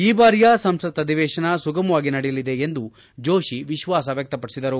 ಈ ಬಾರಿಯ ಸಂಸತ್ ಅಧಿವೇತನ ಸುಗಮವಾಗಿ ನಡೆಯಲಿದೆ ಎಂದು ಜೋಷಿ ವಿಶ್ವಾಸ ವ್ಯಕ್ತಪಡಿಸಿದರು